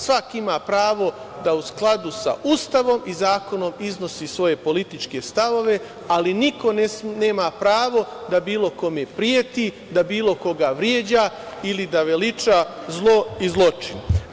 Svako ima pravo da u skladu sa Ustavom i zakonom iznosi svoje političke stavove, ali niko nema pravo da bilo kome preti, da bilo koga vređa ili da veliča zlo i zločin.